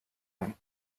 ein